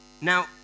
Now